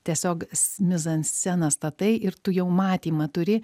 tiesiog s mizansceną statai ir tu jau matymą turi